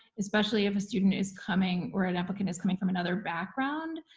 especially if a student is coming or an applicant is coming from another background?